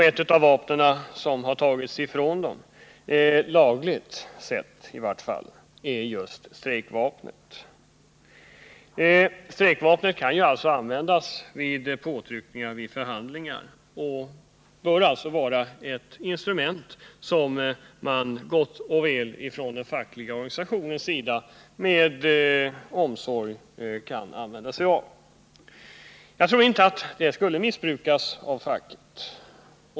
Ett vapen som lagligt sett har tagits ifrån arbetarklassen är just strejkvapnet. Detta vapen kan användas som påtryckningsmedel vid förhandlingar, varför det bör få vara ett instrument som de fackliga organisationerna gott och väl men med omsorg kan använda sig av. Jag tror inte att det skulle missbrukas av facket.